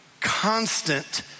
constant